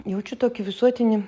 jaučiu tokį visuotinį